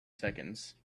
seconds